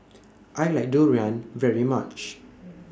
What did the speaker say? I like Durian very much